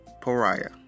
Pariah